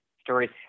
stories